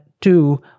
two